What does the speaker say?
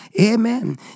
Amen